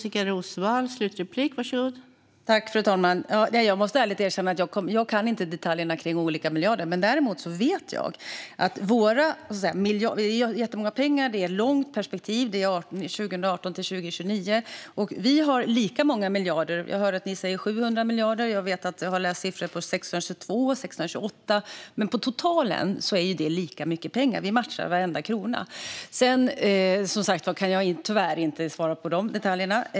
Fru talman! Jag måste erkänna att jag inte kan detaljerna när det gäller olika miljarder. Det handlar om jättemycket pengar och ett långt perspektiv; det rör sig om 2018-2029. Vi har lika många miljarder. Jag hör att ni säger 700 miljarder. Jag har läst om 622 respektive 628 miljarder, men totalt sett är det lika mycket pengar. Vi matchar varenda krona. Jag kan tyvärr inte svara på alla detaljer.